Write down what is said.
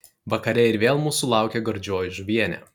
vakare ir vėl mūsų laukė gardžioji žuvienė